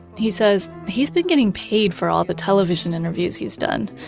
he says he's been getting paid for all the television interviews he's done.